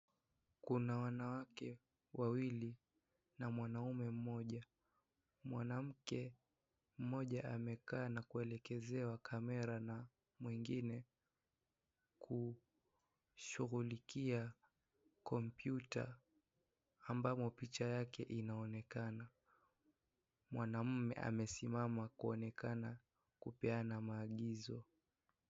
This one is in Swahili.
Kuna wanawake wawili na mwanaume mmoja . Mwanamke mmoja amekaa Na kuelekezewa kamera mwingine kushughuikia kompyuta ambamo picha yake inaonekana mwanaume amesimama kuonekana kupeana maagizo.